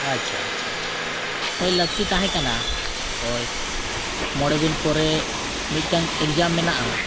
ᱟᱪᱪᱷᱟ ᱟᱪᱪᱷᱟ ᱟᱪᱪᱷᱟ ᱦᱳᱭ ᱞᱟᱹᱠᱛᱤ ᱛᱟᱦᱮᱸ ᱠᱟᱱᱟ ᱦᱳᱭ ᱢᱚᱬᱮ ᱫᱤᱱ ᱯᱚᱨᱮ ᱢᱤᱫᱴᱟᱝ ᱢᱮᱱᱟᱜᱼᱟ